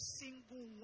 single